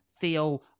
Theo